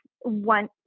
one